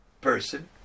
person